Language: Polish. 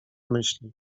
myśli